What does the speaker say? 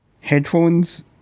Headphones